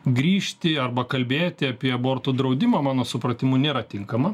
grįžti arba kalbėti apie abortų draudimą mano supratimu nėra tinkama